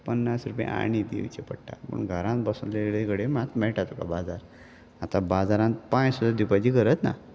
पन्नास रुपया आनी दिवचें पडटा पूण घरान बसले कडेन मात मेळटा तुका बाजार आतां बाजारांत पांय सुद्दां दिवपाची गरज ना